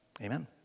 Amen